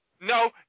No